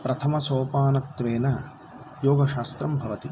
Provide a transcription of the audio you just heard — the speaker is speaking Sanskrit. प्रथमसोपानत्वेन योगशास्त्रं भवति